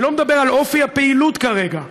אני לא מדבר על אופי הפעילות כרגע.